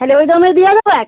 তাহলে ওই দামে দিয়ে দেবে